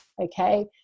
okay